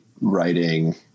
writing